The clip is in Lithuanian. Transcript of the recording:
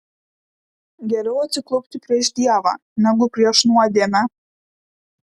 geriau atsiklaupti prieš dievą negu prieš nuodėmę